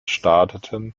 starteten